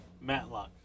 Matlock